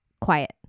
quiet